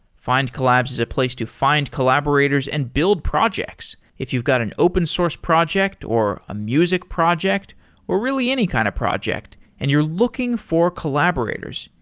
findcollabs is a place to find collaborators and build projects. if you've got an open source project or a music project or really any kind of project and you're looking for collaborators.